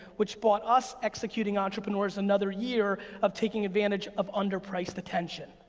which bought us executing entrepreneurs another year of taking advantage of under priced attention,